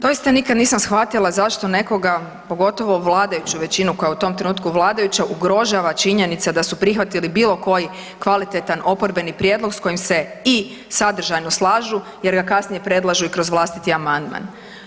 Doista nikad nisam shvatila zašto nekoga, pogotovo vladajuću većinu koja je u tom trenutku vladajuća, ugrožava činjenica da su prihvatili bilo koji kvalitetan oporbeni prijedlog s kojim se i sadržajno slažu jer ga kasnije predlažu i kroz vlastiti amandman.